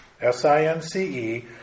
S-I-N-C-E